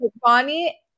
Bonnie